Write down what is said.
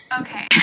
Okay